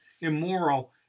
immoral